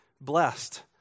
blessed